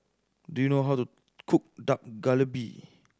do you know how to cook Dak Galbi